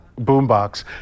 boombox